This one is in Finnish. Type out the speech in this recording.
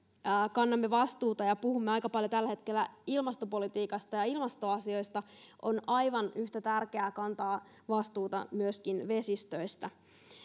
kannamme vastuuta ja puhumme aika paljon tällä hetkellä ilmastopolitiikasta ja ja ilmastoasioista on aivan yhtä tärkeää kantaa vastuuta myöskin vesistöistä